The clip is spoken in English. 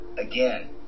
again